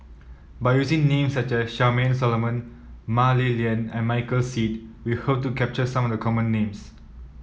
by using names such as Charmaine Solomon Mah Li Lian and Michael Seet we hope to capture some of the common names